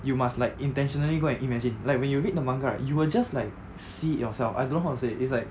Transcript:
you must like intentionally go and imagine like when you read the manga right you will just like see yourself I don't know how to say it's like